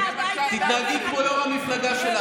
קיבלו תמיכה מוחלטת.